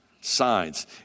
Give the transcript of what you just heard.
signs